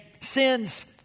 sin's